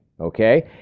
okay